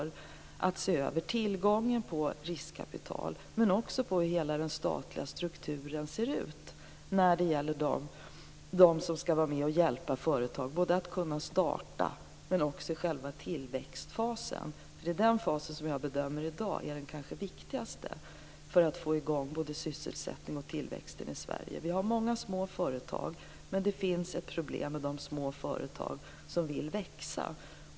Man skall se över tillgången på riskkapital men också hur hela den statliga strukturen ser ut när det gäller dem som skall vara med och hjälpa företag både att starta men också i själva tillväxtfasen, eftersom det är den fas som jag i dag bedömer är den kanske viktigaste för att få i gång både sysselsättning och tillväxt i Sverige. Vi har många små företag, men det finns ett problem med de små företag som vill växa.